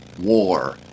war